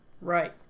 Right